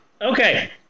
Okay